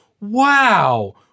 wow